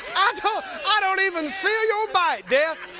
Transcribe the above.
and i don't even feel your bite, death.